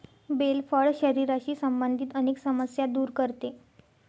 bell फळ शरीराशी संबंधित अनेक समस्या दूर करते